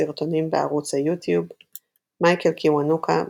סרטונים בערוץ היוטיוב מייקל קיוונוקה,